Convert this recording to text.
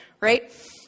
right